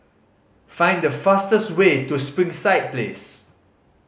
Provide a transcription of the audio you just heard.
find the fastest way to Springside Place